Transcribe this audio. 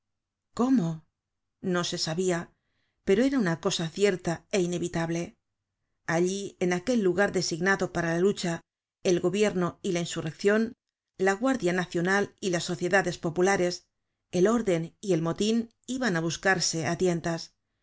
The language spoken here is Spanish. cómo no se sabia pero era una cosa cierta é inevitable allí en aquel lugar designado para la lucha el gobierno y la insurreccion la guardia nacional y las sociedades populares el orden y el motin iban á buscarse á tientas